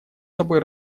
собой